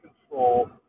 control